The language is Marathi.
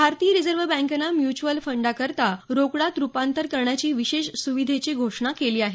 भारतीय रिझर्व बँकेनं म्यूच्यूअल फंडांकरता रोकडात रुपांतर करण्याची विशेष सुविधेची घोषणा केली आहे